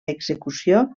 execució